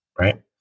right